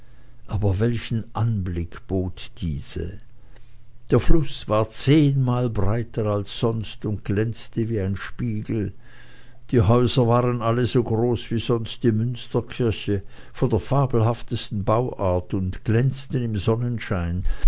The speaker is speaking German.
aber welchen anblick bot diese der fluß war zehnmal breiter als sonst und glänzte wie ein spiegel die häuser waren alle so groß wie sonst die münsterkirche von der fabelhaftesten bauart und glänzten im sonnenschein